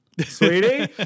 sweetie